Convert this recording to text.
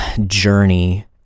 journey